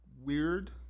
weird